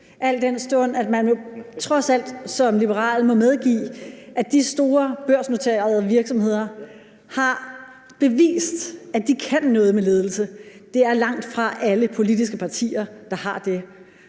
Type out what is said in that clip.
al den stund at man trods alt som liberal må medgive, at de store børsnoterede virksomheder har bevist, at de kan noget med ledelse. Det er langtfra alle politiske partier, der har det.